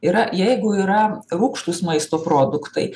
yra jeigu yra rūgštūs maisto produktai